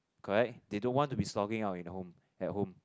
correct they don't want to be slogging out in the home at home